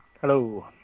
Hello